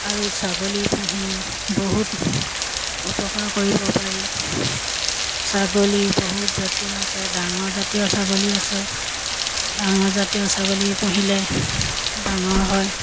আৰু ছাগলী পুহি বহুত উপকাৰ কৰিব পাৰি ছাগলী বহুত জাতীয় আছে ডাঙৰ জাতীয় ছাগলী আছে ডাঙৰ জাতীয় ছাগলী পুহিলে ডাঙৰ হয়